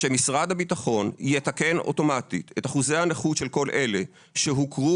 שמשרד הביטחון יתקן אוטומטית את אחוזי הנכות של כל אלה שהוכרו